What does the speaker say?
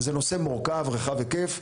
זה נושא מורכב ורחב היקף.